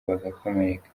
bagakomereka